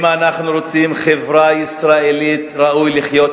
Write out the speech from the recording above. אם אנחנו רוצים חברה ישראלית שראוי לחיות